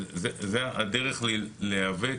זו הדרך להיאבק,